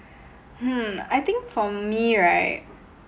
hmm I think for me right